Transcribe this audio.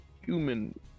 human